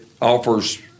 offers